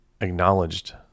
acknowledged